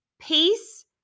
peace